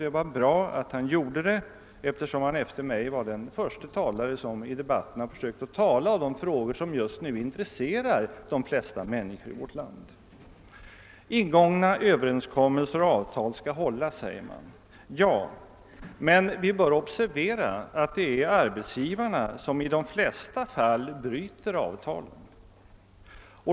Det var bra att han gjorde det, eftersom han efter mig var den förste som i debatten försökte tala om de frågor som just nu intresserar de flesta människor i vårt land. Ingångna överenskommelser och avial skall hållas, säger man. Ja, men vi bör observera att det är arbetsgivarna som i de flesta fall bryter avtalen.